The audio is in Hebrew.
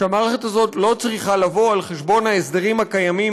שהמערכת הזאת לא צריכה לבוא על חשבון ההסדרים הקיימים